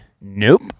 nope